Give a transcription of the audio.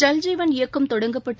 ஜல் ஜீவன் இயக்கம் தொடங்கப்பட்டு